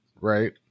right